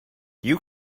you